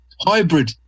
hybrid